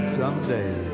someday